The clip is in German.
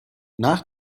nach